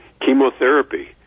chemotherapy